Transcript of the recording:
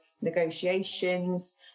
negotiations